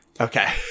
Okay